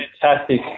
Fantastic